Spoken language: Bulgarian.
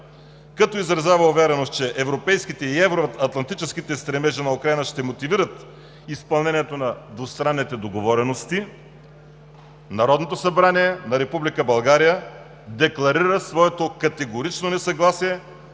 като изразява увереност, че европейските и евроатлантически стремежи на Украйна ще мотивират изпълнението на двустранните договорености, Народното събрание на Република България декларира своето категорично несъгласие